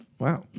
Wow